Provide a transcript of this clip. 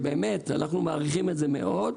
אנחנו מעריכים זאת מאוד.